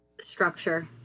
Structure